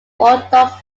orthodox